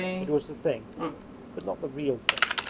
it was the thing but not the real thing.